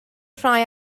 rhai